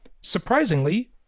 surprisingly